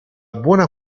buona